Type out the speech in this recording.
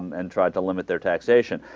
and try to limit their taxation